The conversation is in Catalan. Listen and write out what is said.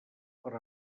per